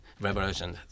revolution